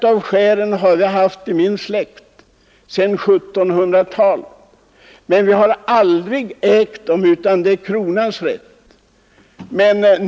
Två av skären har varit nyttjade av min släkt sedan 1700-talet, men vi har endast en urminnes nyttjanderätt och aldrig ägt dem, utan de är kronans egendom.